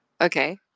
okay